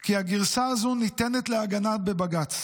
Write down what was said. כי הגרסה הזו ניתנת להגנה בבג"ץ.